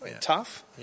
tough